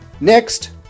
Next